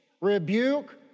rebuke